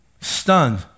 Stunned